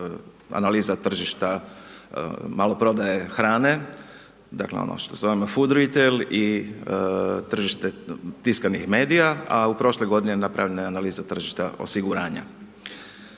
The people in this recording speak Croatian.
analiza tržišta maloprodaje hrane, dakle ono što zovemo food retailers i tržište tiskanih medija a u prošloj godini je napravljena i analiza tržišta osiguranja.